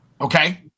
Okay